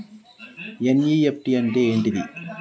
NEFT అంటే ఏంటిది?